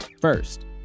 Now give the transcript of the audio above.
First